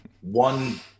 one